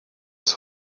ist